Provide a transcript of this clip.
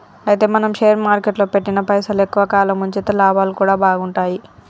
అయితే మనం షేర్ మార్కెట్లో పెట్టిన పైసలు ఎక్కువ కాలం ఉంచితే లాభాలు కూడా బాగుంటాయి